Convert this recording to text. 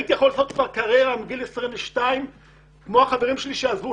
הייתי יכול לעשות כבר קריירה מגיל 22 כמו החברים שלי שעזבו.